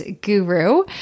guru